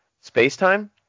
space-time